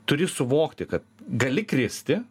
turi suvokti kad gali kristi